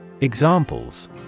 Examples